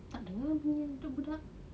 tak dengar bunyi budak-budak